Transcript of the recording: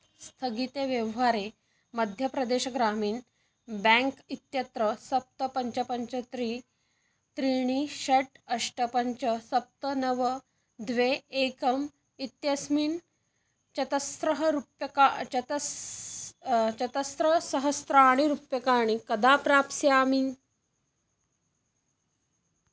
स्थगिते व्यवहारे मध्यप्रदेशग्रामिण् बेङ्क् इत्यत्र सप्त पञ्च पञ्च त्रीणि त्रीणि षट् अष्ट पञ्च सप्त नव द्वे एकम् इत्यस्मिन् चतस्रः रूप्यकाणि चतस्रः चतस्रः सहस्राणि रूप्यकाणि कदा प्राप्स्यामि